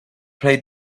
played